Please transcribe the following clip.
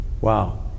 wow